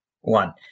one